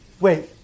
Wait